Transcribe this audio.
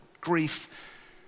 grief